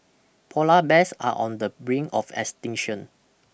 Polar bears are on the brink of extinction